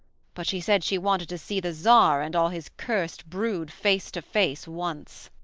but she said she wanted to see the czar and all his cursed brood face to face once.